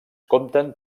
compten